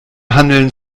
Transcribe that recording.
handeln